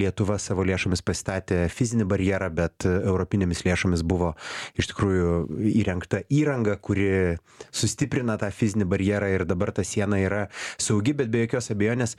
lietuva savo lėšomis pastatė fizinį barjerą bet europinėmis lėšomis buvo iš tikrųjų įrengta įranga kuri sustiprina tą fizinį barjerą ir dabar ta siena yra saugi bet be jokios abejonės